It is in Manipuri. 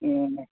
ꯎꯝ